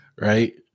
Right